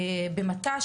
במת"ש,